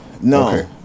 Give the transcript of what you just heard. No